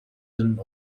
den